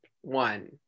one